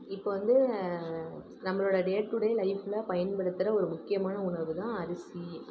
இப்போ வந்து நம்மளோடய டே டு டே லைஃப்பில் பயன்படுத்துகிற ஒரு முக்கியமான உணவு தான் அரிசி